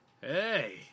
hey